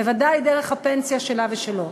בוודאי דרך הפנסיה שלה ושלו.